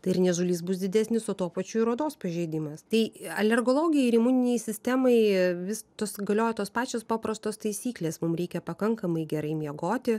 tai ir niežulys bus didesnis o tuo pačiu ir odos pažeidimas tai alergologijai ir imuninei sistemai vis tos galioja tos pačios paprastos taisyklės mum reikia pakankamai gerai miegoti